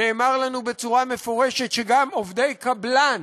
נאמר לנו בצורה מפורשת שגם עובדי קבלן